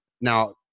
now